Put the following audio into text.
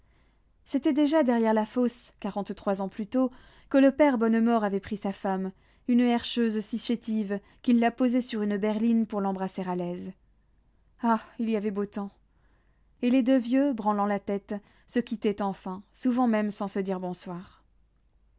c'était déjà derrière la fosse quarante-trois ans plus tôt que le père bonnemort avait pris sa femme une herscheuse si chétive qu'il la posait sur une berline pour l'embrasser à l'aise ah il y avait beau temps et les deux vieux branlant la tête se quittaient enfin souvent même sans se dire bonsoir